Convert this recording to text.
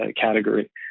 category